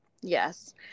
Yes